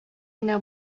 генә